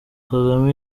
kagame